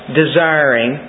desiring